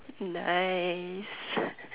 nice